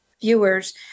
viewers